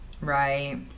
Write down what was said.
Right